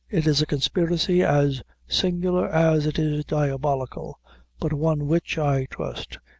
it is a conspiracy as singular as it is diabolical but one which, i trust,